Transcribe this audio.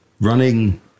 running